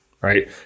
right